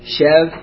Chev